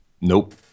Nope